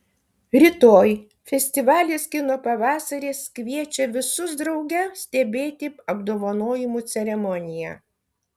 rytoj festivalis kino pavasaris kviečia visus drauge stebėti apdovanojimų ceremoniją